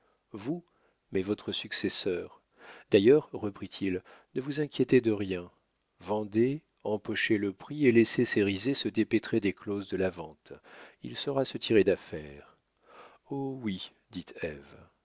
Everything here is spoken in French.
vous mais votre successeur d'ailleurs reprit-il ne vous inquiétez de rien vendez empochez le prix et laissez cérizet se dépêtrer des clauses de la vente il saura se tirer d'affaire oh oui dit